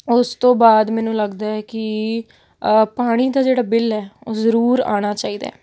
ਉਸ ਤੋਂ ਬਾਅਦ ਮੈਨੂੰ ਲੱਗਦਾ ਹੈ ਕਿ ਪਾਣੀ ਦਾ ਜਿਹੜਾ ਬਿੱਲ ਹੈ ਉਹ ਜ਼ਰੂਰ ਆਉਣਾ ਚਾਹੀਦਾ ਹੈ